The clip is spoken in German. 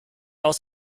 aus